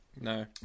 No